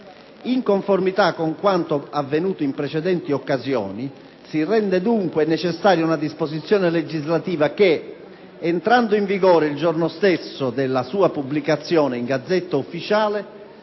In conformità con quanto avvenuto in precedenti occasioni, si rende dunque necessaria una disposizione legislativa che, entrando in vigore il giorno stesso della sua pubblicazione in *Gazzetta Ufficiale*,